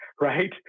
right